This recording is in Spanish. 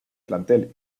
plantel